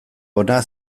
hona